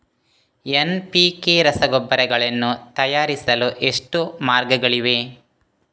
NPK ರಸಗೊಬ್ಬರಗಳನ್ನು ತಯಾರಿಸಲು ಎಷ್ಟು ಮಾರ್ಗಗಳಿವೆ?